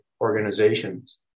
organizations